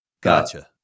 Gotcha